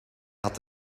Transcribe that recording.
had